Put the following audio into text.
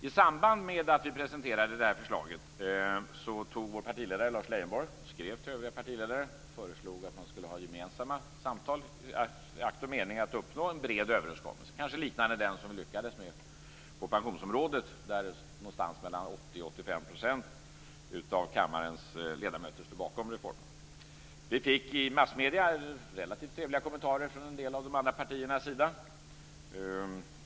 I samband med att vi presenterade det här förslaget skrev vår partiledare Lars Leijonborg till övriga partiledare och föreslog att man skulle ha gemensamma samtal i akt och mening att uppnå en bred överenskommelse, kanske liknande den som vi lyckades med på pensionsområdet, då mellan 80 % och Vi fick i massmedierna relativt trevliga kommentarer från en del av de andra partiernas sida.